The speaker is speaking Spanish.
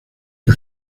que